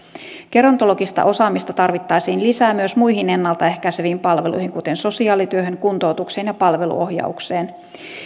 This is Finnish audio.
gerontologista osaamista tarvittaisiin lisää myös muihin ennalta ehkäiseviin palveluihin kuten sosiaalityöhön kuntoutukseen ja palveluohjaukseen